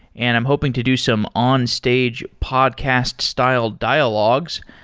and i'm hoping to do some on-stage podcast-style dialogues.